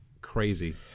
crazy